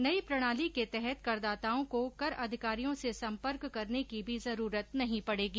नई प्रणाली के तहत करदाताओं को कर अधिकारियों से संपर्क करने की भी जरूरत नहीं पड़ेगी